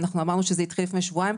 אמרנו שזה התחיל לפני שבועיים.